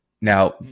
Now